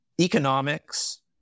economics